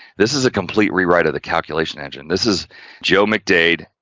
this is a complete rewrite of the calculation engine. this is joe mcdade.